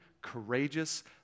courageous